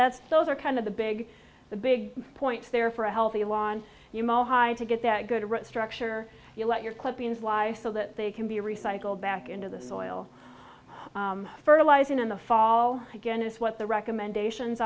that's those are kind of the big the big points there for a healthy lawn you mohai to get that good a structure you let your clippings lie so that they can be recycled back into the soil fertilizing in the fall again is what the recommendations